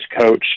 coach